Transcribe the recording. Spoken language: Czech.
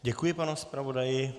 Děkuji panu zpravodaji.